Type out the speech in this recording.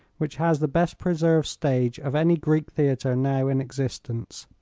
which has the best preserved stage of any greek theatre now in existence.